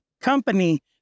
company